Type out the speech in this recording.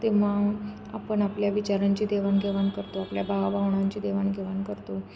तेव्हा आपण आपल्या विचारांची देवाणघेवाण करतो आपल्या भावा भावनांची देवाणघेवाण करतो